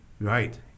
Right